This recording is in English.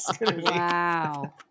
Wow